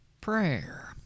Prayer